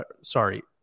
sorry